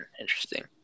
Interesting